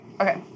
Okay